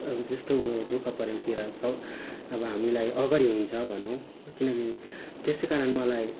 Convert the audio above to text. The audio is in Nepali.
अब जस्तो दुःख परेकोतिर सब अब हामीलाई हुन्छ भनौँ किनकि त्यसै कारण मलाई